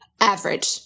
average